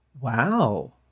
Wow